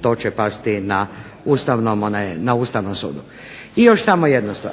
to će pasti na Ustavnom sudu. I još samo jednu stvar,